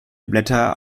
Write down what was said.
blätter